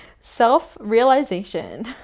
self-realization